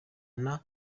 nta